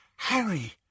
Harry